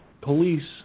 police